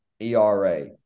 ERA